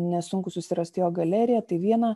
nesunku susirast jo galeriją tai viena